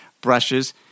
brushes